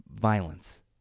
Violence